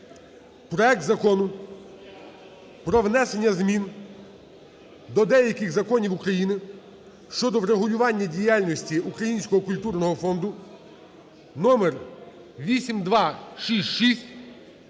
проект Закону про внесення змін до деяких законів України щодо врегулювання діяльності Українського культурного фонду (№8266).